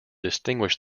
distinguish